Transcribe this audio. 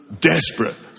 desperate